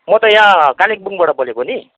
म त यहाँ कालिम्पोङबाट बोलेको नि